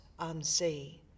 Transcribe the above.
unsee